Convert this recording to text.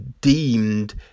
deemed